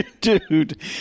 Dude